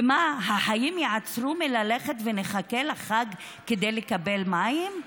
ומה, החיים יעצרו מלכת ונחכה לחג כדי לקבל מים?